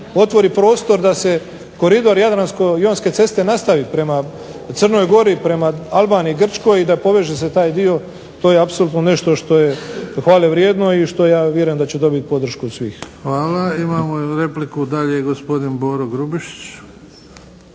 otvori prostor da se Koridor Jadransko-Jonske ceste nastavi prema Crnoj Gori prema Albaniji i Grčkoj i da se poveže taj dio, to je apsolutno nešto što je hvale vrijedno i što ja vjerujem da će dobiti podršku od svih. **Bebić, Luka (HDZ)** Imamo repliku dalje gospodin Boro Grubišić.